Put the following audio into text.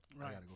right